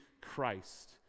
Christ